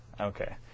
Okay